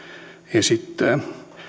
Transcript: esittää